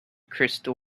crystal